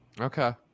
Okay